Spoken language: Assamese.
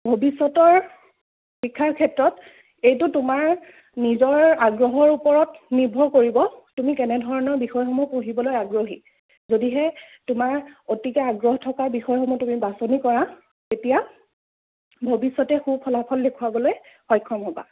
ভৱিষ্যতৰ শিক্ষাৰ ক্ষেত্ৰত এইটো তোমাৰ নিজৰ আগ্ৰহৰ ওপৰত নিৰ্ভৰ কৰিব তুমি কেনেধৰণৰ বিষয়সমূহ পঢ়িবলৈ আগ্ৰহী যদিহে তোমাৰ অতিকৈ আগ্ৰহ থকা বিষয়সমূহ তুমি বাছনি কৰা তেতিয়া ভৱিষ্যতে সু ফলাফল দেখুৱাবলৈ সক্ষম হ'বা